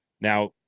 Now